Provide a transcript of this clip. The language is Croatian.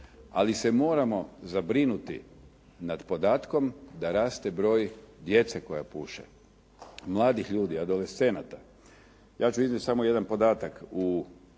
Ali se moramo zabrinuti nad podatkom da raste broj djece koja puše, mladih ljudi, adolescenata. Ja ću iznijeti samo jedan podatak.